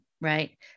right